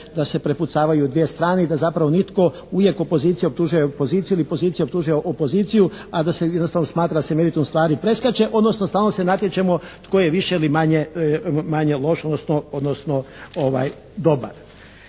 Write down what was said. da se prepucavaju dvije strane i da zapravo nitko, uvijek opozicija optužuje poziciju ili pozicija optužuje opoziciju a da se jednostavno meritum stvari preskače odnosno stalno se natječemo tko je više ili manje loš odnosno dobar.